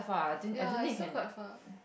ya is so quite far